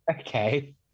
Okay